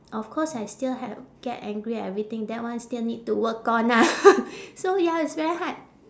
of course I still h~ get angry everything that one still need to work on ah so ya it's very hard